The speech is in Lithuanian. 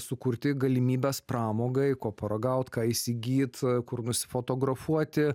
sukurti galimybes pramogai ko paragaut ką įsigyt kur nusifotografuoti